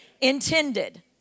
intended